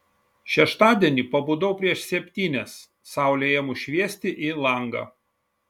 šeštadienį pabudau prieš pat septynias saulei ėmus šviesti į langą